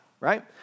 Right